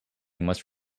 must